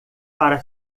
para